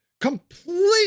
completely